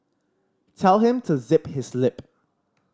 tell him to zip his lip